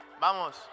Vamos